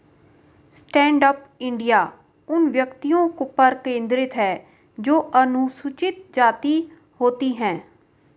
stand up India उन व्यक्तियों पर केंद्रित है जो अनुसूचित जाति होती है